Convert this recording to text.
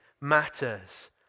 matters